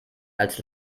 als